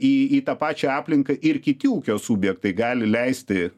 į į tą pačią aplinką ir kiti ūkio subjektai gali leisti